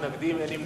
ההצעה להעביר